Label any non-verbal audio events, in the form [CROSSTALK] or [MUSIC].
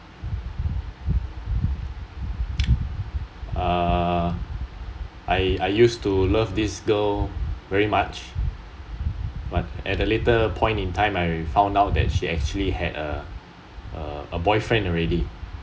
[NOISE] uh I I used to love this girl very much but at the later point in time I found out that she actually had a a a boyfriend already